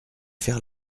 faire